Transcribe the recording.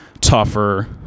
tougher